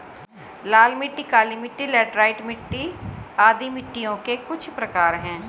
लाल मिट्टी, काली मिटटी, लैटराइट मिट्टी आदि मिट्टियों के कुछ प्रकार है